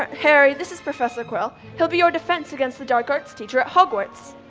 ah harry, this is professor quirrell. he'll be your defense against the dark arts teacher at hogwarts.